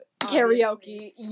Karaoke